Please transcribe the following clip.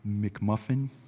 McMuffin